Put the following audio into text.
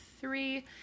three